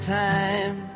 time